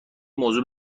موضوع